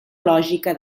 lògica